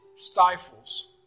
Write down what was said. stifles